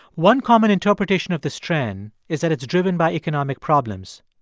one common interpretation of this trend is that it's driven by economic problems.